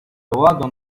wagon